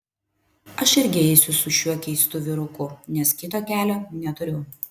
aš irgi eisiu su šiuo keistu vyruku nes kito kelio neturiu